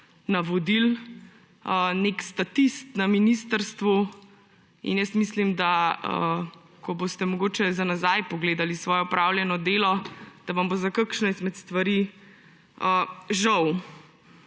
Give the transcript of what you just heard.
navodil, nek statist na ministrstvu. Mislim, da ko boste mogoče za nazaj pogledali svoje opravljeno delo, vam bo za kakšne izmed stvari žal.